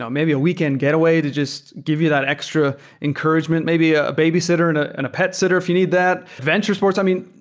um maybe a weekend getaway the just give you that extra encouragement. maybe a babysitter and and a pet sitter if you need that, venture sports. i mean,